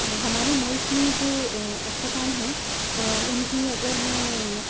ہمارے ملک میں جو اسپتال ہیں ان کی اگر میں